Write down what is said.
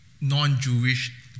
non-Jewish